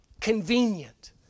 convenient